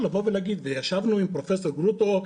ישבנו עם פרופ' גרוטו,